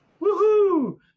Woohoo